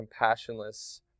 compassionless